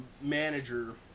manager